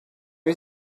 you